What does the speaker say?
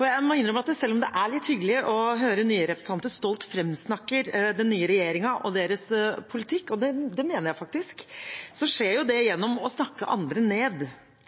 Jeg må innrømme at selv om det er litt hyggelig å høre nye representanter stolt framsnakke den nye regjeringen og dens politikk – det mener jeg faktisk – så skjer det jo gjennom å snakke andre ned.